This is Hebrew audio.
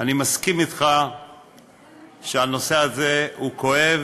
אני מסכים אתך שהנושא הזה הוא כואב,